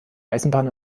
eisenbahn